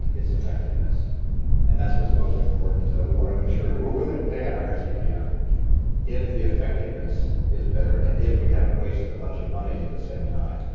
it's effectiveness and that's what's most important is that we want to ensure we're willing to pay a higher cpm if the effectiveness is better and if we haven't wasted a bunch of money at the same time.